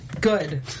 Good